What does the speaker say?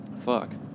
Fuck